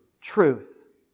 Truth